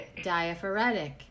diaphoretic